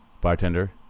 Bartender